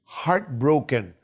heartbroken